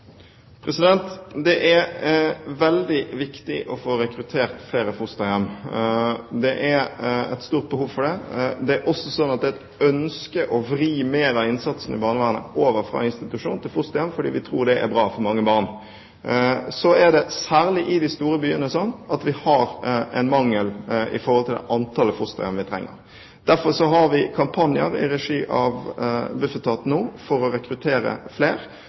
Det er veldig viktig å få rekruttert flere fosterhjem. Det er et stort behov for det. Det er et ønske å vri mer av innsatsen i barnevernet over fra institusjon til fosterhjem fordi vi tror det er bra for mange barn. Særlig i de store byene er det slik at det er mangel på fosterhjem i forhold til det antallet vi trenger. Derfor har vi kampanjer i regi av Bufetat nå for å rekruttere flere.